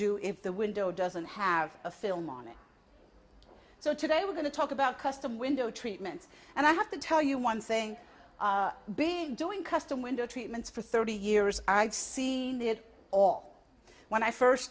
do if the window doesn't have a film on it so today we're going to talk about custom window treatments and i have to tell you one thing being doing custom window treatments for thirty years i've seen it all when i first